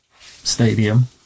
Stadium